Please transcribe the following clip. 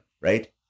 right